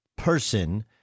person